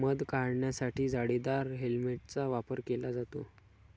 मध काढण्यासाठी जाळीदार हेल्मेटचा वापर केला जातो